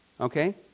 Okay